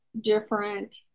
different